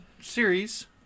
series